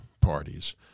parties